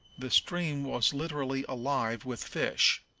the stream was literally alive with fish.